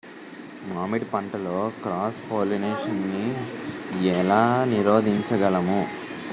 మామిడి పంటలో cross pollination నీ ఏల నీరోధించగలము?